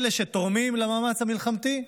לאלה שתורמים למאמץ המלחמתי,